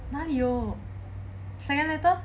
哪里有 second letter